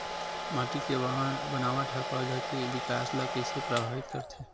माटी के बनावट हा पौधा के विकास ला कइसे प्रभावित करथे?